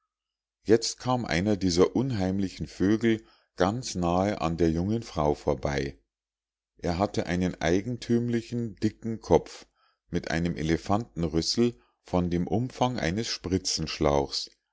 jetzt kam einer dieser unheimlichen vögel ganz nahe an der jungen frau vorbei er hatte einen eigentümlichen dicken kopf mit einem elefantenrüssel von dem umfang eines